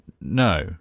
No